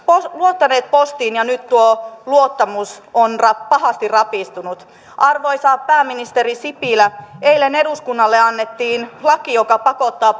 luottaneet postiin ja nyt tuo luottamus on pahasti rapistunut arvoisa pääministeri sipilä eilen eduskunnalle annettiin laki joka pakottaa